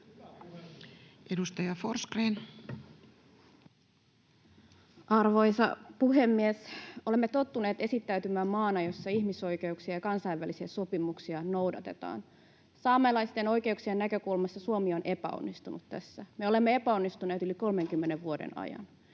14:33 Content: Arvoisa puhemies! Olemme tottuneet esittäytymään maana, jossa ihmisoikeuksia ja kansainvälisiä sopimuksia noudatetaan. Saamelaisten oikeuksien näkökulmasta Suomi on epäonnistunut tässä. Me olemme epäonnistuneet yli 30 vuoden ajan.